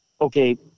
okay